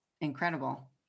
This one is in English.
incredible